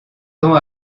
temps